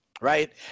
right